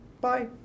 Bye